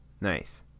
Nice